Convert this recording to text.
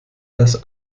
das